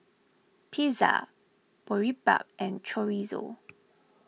Pizza Boribap and Chorizo